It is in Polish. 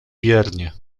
wiernie